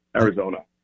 Arizona